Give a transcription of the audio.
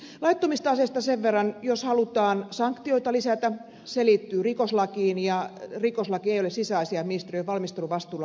laittomista aseista sen verran että jos halutaan sanktioita lisätä se liittyy rikoslakiin ja rikoslaki ei ole sisäasiainministeriön valmisteluvastuulla olevaa lainsäädäntöä